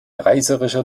reißerischer